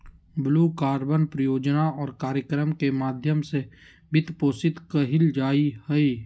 blue carbon परियोजना और कार्यक्रम के माध्यम से वित्तपोषित कइल जा हइ